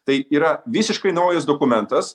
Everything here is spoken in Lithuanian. tai yra visiškai naujas dokumentas